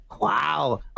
Wow